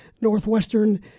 Northwestern